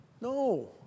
No